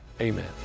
amen